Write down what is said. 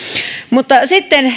mutta sitten